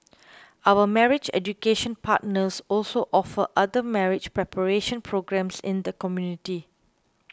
our marriage education partners also offer other marriage preparation programmes in the community